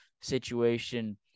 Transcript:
situation